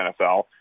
NFL